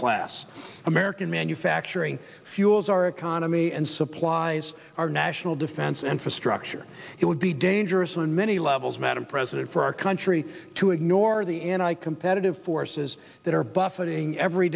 class american manufacturing fuels our economy and supplies our national defense and for structure it would be dangerous in many levels madam president for our country to ignore the anti competitive forces that are buffeting every